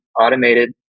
automated